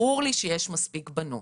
ברור לי שיש מספיק בנות.